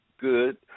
good